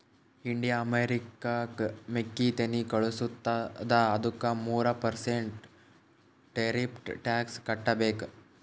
India ಅಮೆರಿಕಾಗ್ ಮೆಕ್ಕಿತೆನ್ನಿ ಕಳುಸತ್ತುದ ಅದ್ದುಕ ಮೂರ ಪರ್ಸೆಂಟ್ ಟೆರಿಫ್ಸ್ ಟ್ಯಾಕ್ಸ್ ಕಟ್ಟಬೇಕ್